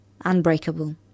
Unbreakable